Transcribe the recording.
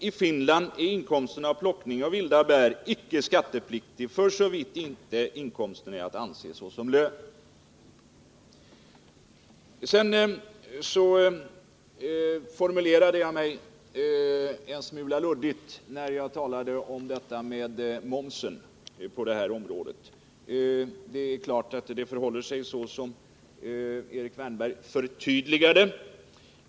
I Finland är inkomst av plockning av vilda bär icke skattepliktig, för så vitt inkomsten inte är att anse såsom lön. Jag formulerade mig en smula luddigt när jag talade om momsen på detta område. Det är klart att det förhåller sig så som Erik Wärnberg förtydligade det.